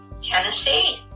Tennessee